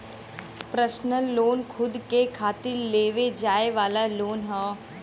personal loan खुद के खातिर लेवे जाये वाला लोन हौ